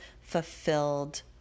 fulfilled